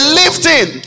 lifting